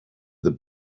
the